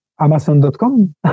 Amazon.com